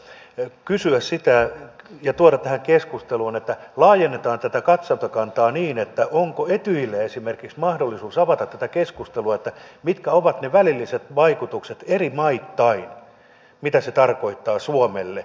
pitäisi tavallaan kysyä sitä ja tuoda tähän keskusteluun laajentaa tätä katsantokantaa niin että onko etyjillä esimerkiksi mahdollisuus avata tätä keskustelua mitkä ovat ne välilliset vaikutukset eri maittain mitä se tarkoittaa suomelle